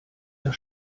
der